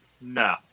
No